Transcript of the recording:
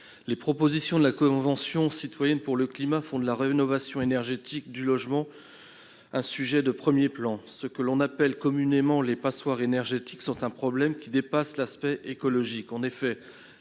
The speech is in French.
Les propositions de la Convention citoyenne pour le climat font de la rénovation énergétique des logements un sujet de premier plan. Les logements que l'on appelle communément des « passoires énergétiques » constituent un problème qui n'est pas seulement écologique.